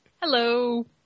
Hello